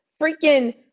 freaking